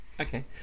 Okay